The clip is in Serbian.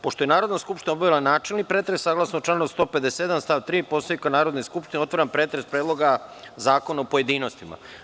Pošto je Narodna skupština obavila načelni pretres saglasno članu 157. stav 3. Poslovnika Narodne skupštine, otvaram pretres Predloga zakona u pojedinostima.